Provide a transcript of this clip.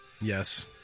Yes